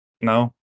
No